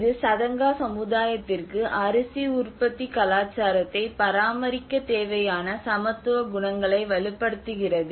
இது சதங்கா சமுதாயத்திற்கு அரிசி உற்பத்தி கலாச்சாரத்தை பராமரிக்க தேவையான சமத்துவ குணங்களை வலுப்படுத்துகிறது